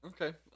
Okay